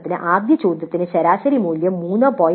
ഉദാഹരണത്തിന് ആദ്യ ചോദ്യത്തിന് ശരാശരി മൂല്യം 3